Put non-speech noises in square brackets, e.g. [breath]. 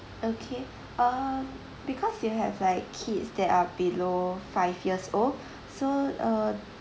okay uh because you have like kids that are below five years old [breath] so uh